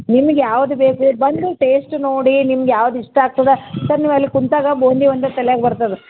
ನಿಮ್ಗೆ ಯಾವ್ದು ಬೇಕು ಬಂದು ಟೇಸ್ಟ್ ನೋಡಿ ನಿಮ್ಗೆ ಯಾವ್ದು ಇಷ್ಟ ಆಗ್ತದೆ ಸರ್ ನೀವು ಅಲ್ಲಿ ಕೂತಾಗ ಬೂಂದಿ ಒಂದೇ ತಲ್ಯಾಗ ಬರ್ತದೆ